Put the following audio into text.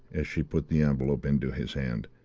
as she put the envelope into his hand.